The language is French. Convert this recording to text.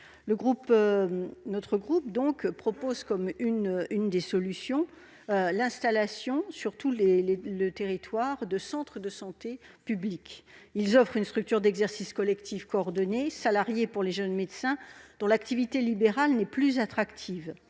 Notre groupe propose entre autres solutions l'installation sur tout le territoire de centres de santé publics. Ces centres offrent une structure d'exercice collectif coordonné salarié pour les jeunes médecins pour qui l'activité libérale n'est plus attractive,